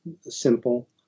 simple